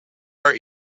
our